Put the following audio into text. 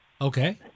okay